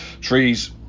trees